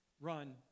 run